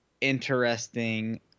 interesting